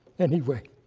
anyway,